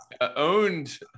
owned